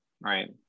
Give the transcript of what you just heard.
right